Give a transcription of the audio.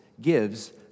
gives